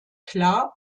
klar